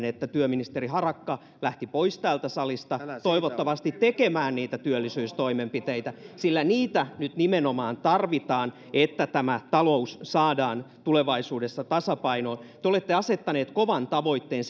että työministeri harakka lähti pois täältä salista toivottavasti tekemään niitä työllisyystoimenpiteitä sillä nimenomaan niitä nyt tarvitaan että tämä talous saadaan tulevaisuudessa tasapainoon te olette asettaneet kovan tavoitteen